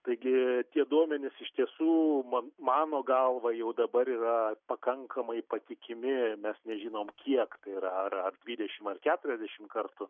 taigi tie duomenys iš tiesų man mano galva jau dabar yra pakankamai patikimi mes nežinom kiek tai yra ar ar dvidešim ar keturiasdešim kartų